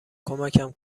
کمکم